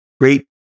great